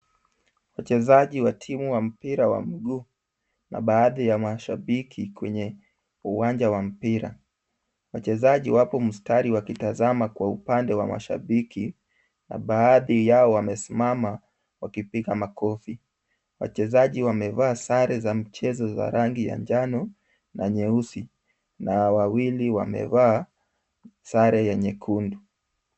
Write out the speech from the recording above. Wachezaji wa timu wa mpira wa mguu na baadhi ya mashabiki kwenye uwanja wa mpira. Wachezaji wako mstari wakitazama kwa upande wa mashabiki na baaadhi yao wamesimama wakipiga makofi. Wachezaji wamevaa sare za mchezo za rangi ya njano na nyeusi na wawili wamevaa sare ya nyekundu.